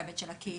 בהיבט של הקהילה,